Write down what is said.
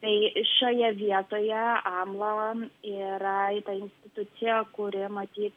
tai šioje vietoje amlan yra į tą instituciją kuri matyt